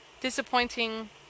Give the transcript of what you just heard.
disappointing